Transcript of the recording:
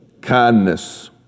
kindness